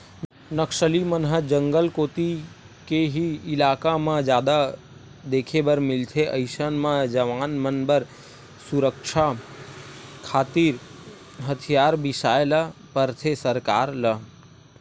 नक्सली मन ह जंगल कोती के ही इलाका म जादा देखे बर मिलथे अइसन म जवान मन बर सुरक्छा खातिर हथियार बिसाय ल परथे सरकार ल